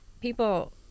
people